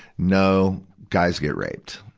no, guys get raped.